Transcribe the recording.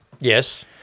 Yes